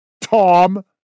tom